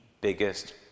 biggest